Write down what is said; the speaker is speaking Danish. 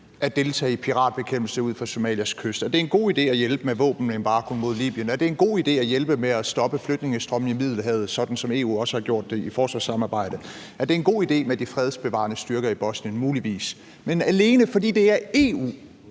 at deltage i piratbekæmpelse ud for Somalias kyst, at det er en god idé at hjælpe med våbenembargoen mod Libyen, at det er en god idé at hjælpe med at stoppe flygtningestrømmene i Middelhavet, sådan som EU også har gjort det i forsvarssamarbejdet, at det er en god idé med de fredsbevarende styrker i Bosnien, muligvis, men alene fordi det er EU,